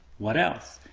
what else?